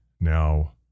Now